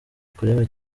akureba